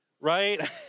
Right